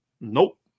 Nope